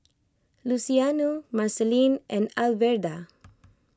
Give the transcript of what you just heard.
Luciano Marceline and Alverda